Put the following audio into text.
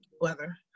weather